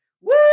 woo